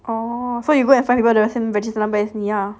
oh so you go and find people with the same register number as 你 ah